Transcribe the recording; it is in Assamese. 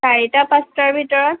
চাৰিটা পাঁচটাৰ ভিতৰত